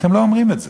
אתם לא אומרים את זה.